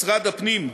משרד הפנים,